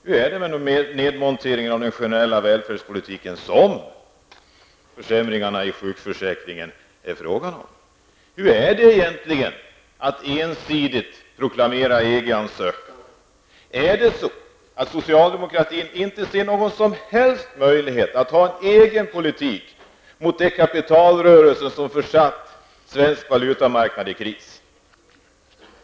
Hur är det med nedmonteringen av den generella välfärdspolitiken som försämringarna i sjukförsäkringen är ett tecken på? Hur är det egentligen med beslutet att ensidigt proklamera EG-ansökan? Ser socialdemokratin inte någon som helst möjlighet att föra egen politik mot de kapitalrörelser som har försatt svensk valutamarknad i kris?